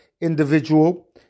individual